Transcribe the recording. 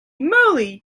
moly